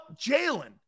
Jalen